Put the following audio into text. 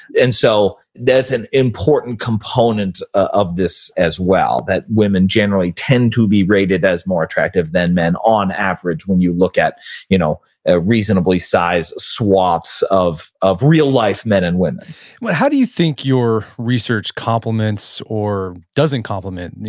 and so that's an important component of this as well, that women generally tend to be rated as more attractive than men on average when you look at you know a reasonably sized swaths of of real life men and women but how do you think your research compliments or doesn't compliment,